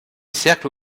cercle